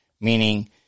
Meaning